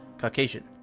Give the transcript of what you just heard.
Caucasian